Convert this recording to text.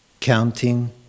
counting